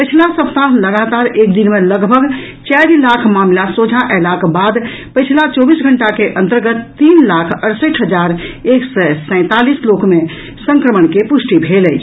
पछिला सप्ताह लगातार एक दिन मे लगभग चारि लाख मामिला सोझा अयलाक बाद पछिला चौबीस घंटा के अन्तर्गत तीन लाख अड़सठि हजार एक सय सैंतालीस लोक मे संक्रमण के पुष्टि भेल अछि